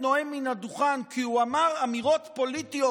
נואם מן הדוכן כי הוא אמר אמירות פוליטיות,